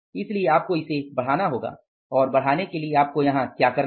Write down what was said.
इसलिए आपको इसे बढ़ाना होगा और बढाने के लिए आपको यहाँ क्या करना है